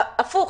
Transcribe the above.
הפוך,